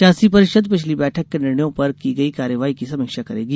शासी परिषद् पिछली बैठक के निर्णयों पर की गई कार्रवाई की समीक्षा करेगी